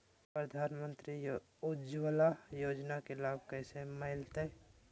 प्रधानमंत्री उज्वला योजना के लाभ कैसे मैलतैय?